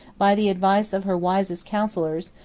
by the advice of her wisest counsellors,